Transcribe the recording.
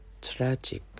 Tragic